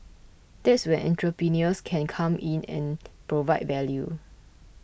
that's where entrepreneurs can come in and provide value